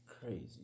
crazy